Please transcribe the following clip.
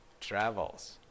travels